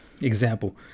example